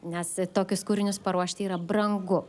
nes tokius kūrinius paruošti yra brangu